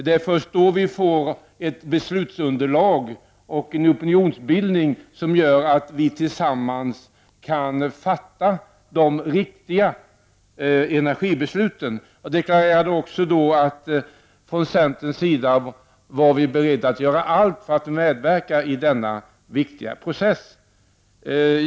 Det är först då som vi får ett beslutsunderlag och en opinionsbildning som gör att vi tillsammans kan fatta de riktiga energibesluten. Jag deklarerade också att vi från centerns sida är beredda att göra allt för att medverka i denna viktiga process.